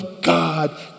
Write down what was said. God